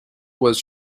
was